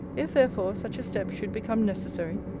if, therefore, such a step should become necessary,